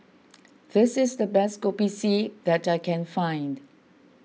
this is the best Kopi C that I can find